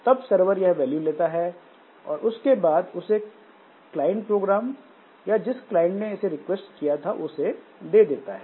तब सरवर यह वैल्यू लेता है और उसके बाद इसे क्लाइंट प्रोग्राम या जिस क्लाइंट ने इसे रिक्वेस्ट किया था उसे दे देता है